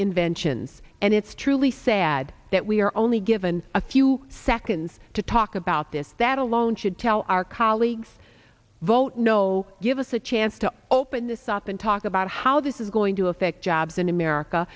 inventions and it's truly sad that we are only given a few seconds to talk about this that alone should tell our colleagues vote no give us a chance to open this up and talk about how this is going to affect jobs in america